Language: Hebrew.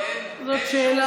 טוב, זאת שאלה.